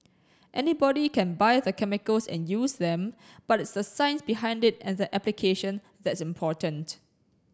anybody can buy the chemicals and use them but it's the science behind it and the application that's important